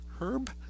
Herb